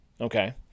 okay